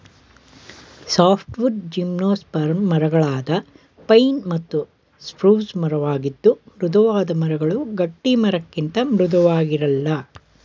softwood gymnosperm ಮರಗಳಾದ pine ಮತ್ತು spruce ಮರವಾಗಿದ್ದು ಮೃದುವಾದ ಮರಗಳು ಗಟ್ಟಿಮರಕ್ಕಿಂತ ಮೃದುವಾಗಿರಲ್ಲ